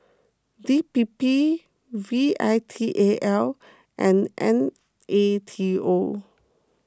D P P V I T A L and N A T O